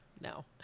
no